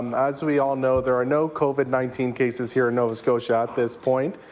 um as we all know, there are no covid nineteen cases here in nova scotia at this point.